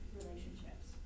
relationships